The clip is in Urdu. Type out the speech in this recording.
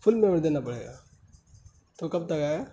فل پیمنٹ دینا پڑے گا تو کب تک آئے گا